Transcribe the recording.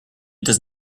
does